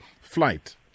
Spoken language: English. flight